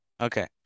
okay